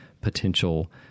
potential